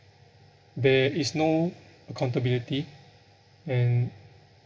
there is no accountability and